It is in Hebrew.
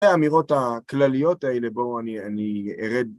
האמירות הכלליות האלה, בואו אני ארד.